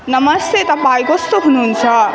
नमस्ते तपाईँ कस्तो हुनुहुन्छ